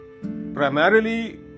primarily